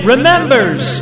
Remembers